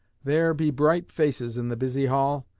there be bright faces in the busy hall,